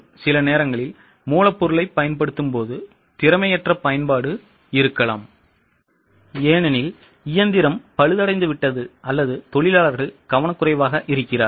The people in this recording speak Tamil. சில நேரங்களில் மூலப்பொருளைப் பயன்படுத்தும் போது திறமையற்ற பயன்பாடு இருக்கலாம் ஏனெனில் இயந்திரம் பழுதடைந்துவிட்டது அல்லது தொழிலாளர்கள் கவனக்குறைவாக இருக்கிறார்கள்